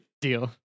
Deal